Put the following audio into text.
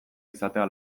izatea